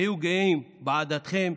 היו גאים בעדתכם,